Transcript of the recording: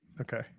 Okay